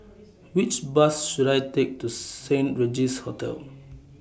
Which Bus should I Take to Saint Regis Hotel